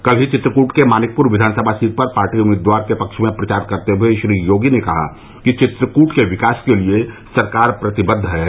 कल ही चित्रकूट के मानिकपुर विधानसभा सीट पर पार्टी उम्मीदवार के पक्ष में प्रचार करते हुए श्री योगी ने कहा कि चित्रकूट के विकास के लिए सरकार प्रतिबद्द है